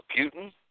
Putin